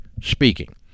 speaking